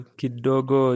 kidogo